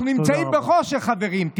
אנחנו נמצאים בחושך, חברים.